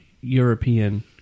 European